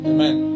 Amen